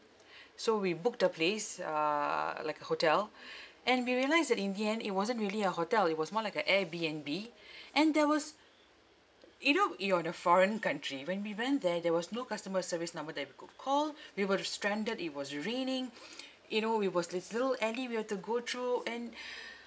so we booked the place uh like a hotel and we realised that in the end it wasn't really a hotel it was more like a AirBnB and there was you know you're in a foreign country when we went there there was no customer service number that we could call we were stranded it was raining you know we was this little alley we have to go through and